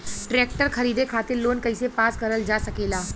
Tractor खरीदे खातीर loan कइसे पास करल जा सकेला?